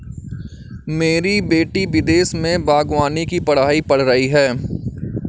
मेरी बेटी विदेश में बागवानी की पढ़ाई पढ़ रही है